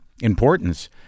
importance